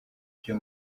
byo